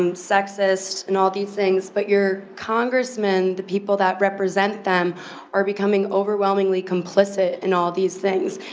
um sexist and all these things but your congressman, the people that represent them are becoming overwhelmingly complicit in all these things.